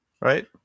right